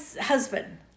husband